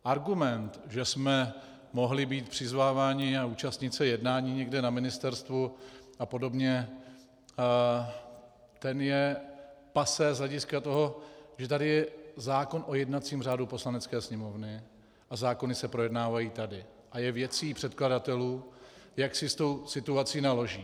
Argument, že jsme mohli být přizváváni a účastnit se jednání někde na ministerstvu a podobně, ten je passé z hlediska toho, že tady je zákon o jednacím řádu Poslanecké sněmovny a zákony se projednávají tady a je věcí předkladatelů, jak si s tou situací naloží.